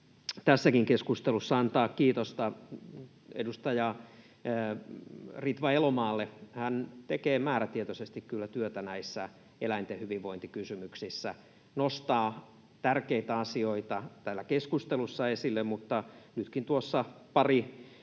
tässäkin keskustelussa antaa kiitosta edustaja Ritva Elomaalle. Hän tekee määrätietoisesti kyllä työtä näissä eläinten hyvinvointikysymyksissä, nostaa tärkeitä asioita täällä keskustelussa esille. Nytkin tuossa pari